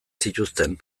zituzten